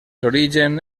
origen